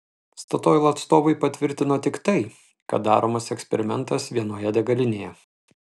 statoil atstovai patvirtino tik tai kad daromas eksperimentas vienoje degalinėje